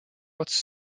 otsa